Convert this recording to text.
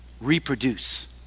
Reproduce